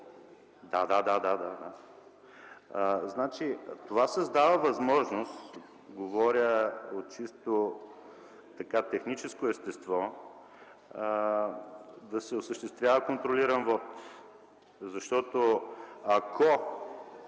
Да, да. Това създава възможност, говоря от чисто техническо естество, да се осъществява контролиран вот. Защото, ако